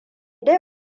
dai